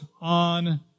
on